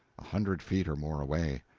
a hundred feet or more away.